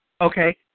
Okay